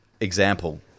example